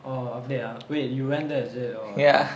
oh அப்டியா:apdiyaa wait you went there is it oh